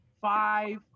five